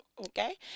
okay